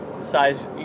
size